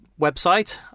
website